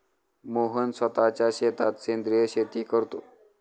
मोहन स्वतःच्या शेतात सेंद्रिय शेती करतो